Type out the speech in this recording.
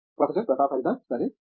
professor Pratap Haridas సరే సరే